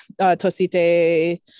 Tosite